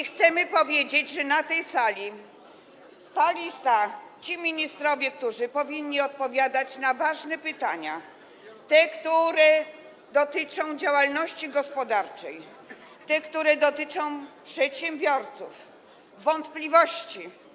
Chcemy powiedzieć, że na tej sali ta lista, ci ministrowie, którzy powinni odpowiadać na ważne pytania, które dotyczą działalności gospodarczej, które dotyczą przedsiębiorców, wątpliwości.